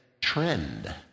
trend